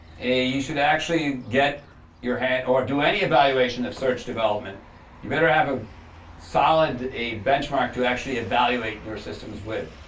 you should actually get your head or do any evaluation of search development you better have a solid a benchmark to actually evaluate your systems with.